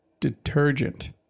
detergent